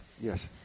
Yes